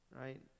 Right